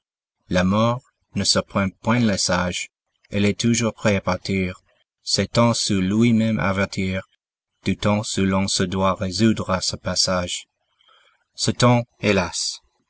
la mort ne surprend point le sage il est toujours prêt à partir s'étant su lui-même avertir du temps où l'on se doit résoudre à ce passage ce temps hélas